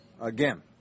again